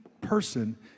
person